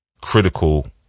critical